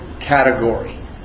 category